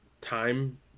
time